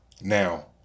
Now